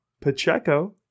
Pacheco